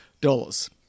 dollars